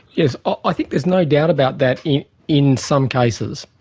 yes, i think there's no doubt about that in some cases.